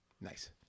Nice